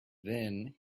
then